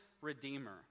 redeemer